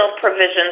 provisions